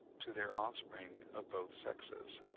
to their offspring of both sexes.